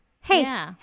hey